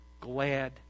glad